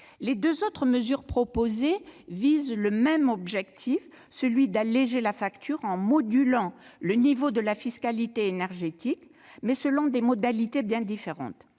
Les deux autres mesures proposées visent le même objectif : celui d'alléger la facture en modulant le niveau de la fiscalité énergétique, mais selon des modalités bien différentes.